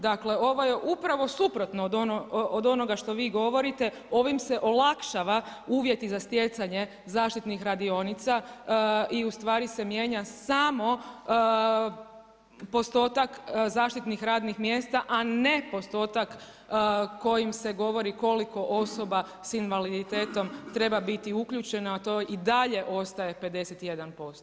Dakle ovo je upravo suprotno od onoga što vi govorite, ovime se olakšava uvjeti za stjecanje zaštitnih radionica i ustvari se mijenja samo postotak zaštitnih radnih mjesta a ne postotak kojim se govori koliko osoba sa invaliditetom treba biti uključena a to i dalje ostaje 51%